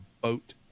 boat